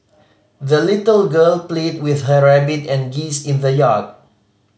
the little girl played with her rabbit and geese in the yard